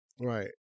right